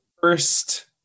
first